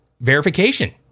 verification